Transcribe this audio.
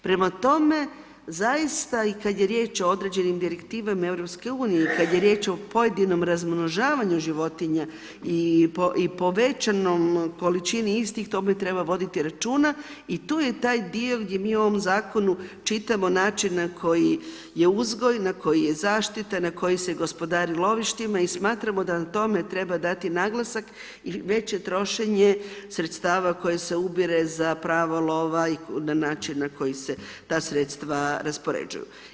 Prema tome, zaista i kada je riječ o određenim direktivama EU, kada je riječ o pojedinom razmnožavanja životinja i povećanom količini istih o tome treba voditi računa i to je taj dio di mi u ovom zakonu čitamo način, na koji je uzgoj, na koji je zaštita, na koji se gospodaru lovištima i smatramo da na tome treba dati naglasak i veće trošenje sredstava koje se ubire za pravo lova i na način na koji se ta sredstva raspoređuju.